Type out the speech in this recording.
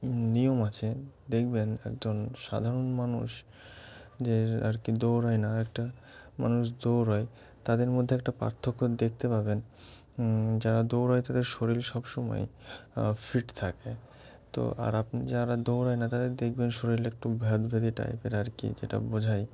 নিয়ম আছে দেখবেন একজন সাধারণ মানুষ যে আর কি দৌড়ায় না একটা মানুষ দৌড়ায় তাদের মধ্যে একটা পার্থক্য দেখতে পাবেন যারা দৌড়ায় তাদের শরীর সবসময় ফিট থাকে তো আর আপনি যারা দৌড়ায় না তাদের দেখবেন শরীর একটু ভেদভেদে টাইপের আর কি যেটা বোঝায়